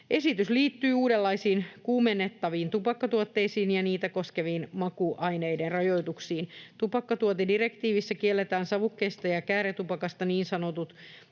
Esitys liittyy uudenlaisiin kuumennettaviin tupakkatuotteisiin ja niitä koskeviin makuaineiden rajoituksiin. Tupakkatuotedirektiivissä kielletään savukkeista ja kääretupakasta niin sanotut